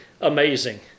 amazing